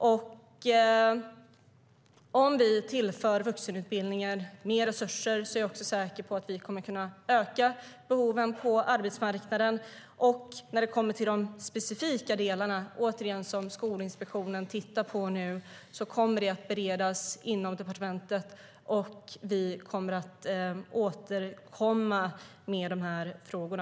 Om vi tillför vuxenutbildningen mer resurser är jag säker på att vi bättre kommer att kunna möta behoven på arbetsmarknaden. När det gäller de specifika delar som Skolinspektionen tittar på nu kommer detta att beredas inom departementet, och vi kommer att återkomma i de här frågorna.